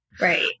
Right